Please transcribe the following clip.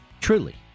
truly